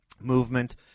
Movement